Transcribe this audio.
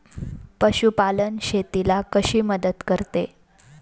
पशुपालन शेतीला कशी मदत करते?